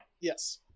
Yes